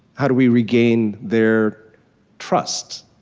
how do we regain their trust?